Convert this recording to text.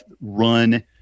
run